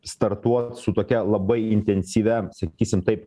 startuot su tokia labai intensyvia sakysim taip